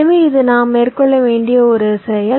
எனவே இது நாம் மேற்கொள்ள வேண்டிய ஒரு செயல்